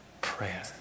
Prayer